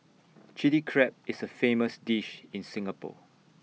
Chilli Crab is A famous dish in Singapore